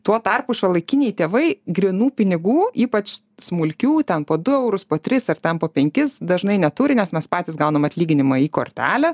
tuo tarpu šiuolaikiniai tėvai grynų pinigų ypač smulkių ten po du eurus po tris ar ten po penkis dažnai neturi nes mes patys gaunam atlyginimą į kortelę